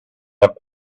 have